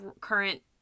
current